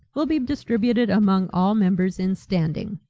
will be distributed among all members in standing.